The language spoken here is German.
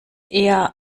eher